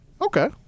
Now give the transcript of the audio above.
Okay